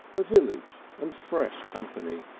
a village and fresh company.